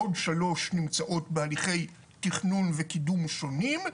עוד שלוש נמצאות בהליכי תכנון וקידום שונים.